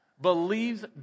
believes